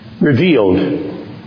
revealed